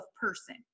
person